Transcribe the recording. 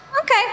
Okay